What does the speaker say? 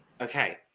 okay